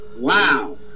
wow